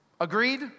Agreed